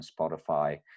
Spotify